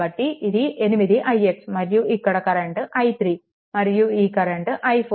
కాబట్టి ఇది 8 ix మరియు ఇక్కడ కరెంట్ i3 మరియు ఈ కరెంట్ i4